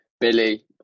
Billy